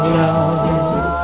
love